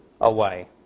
away